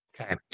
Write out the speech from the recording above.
okay